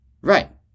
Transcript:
right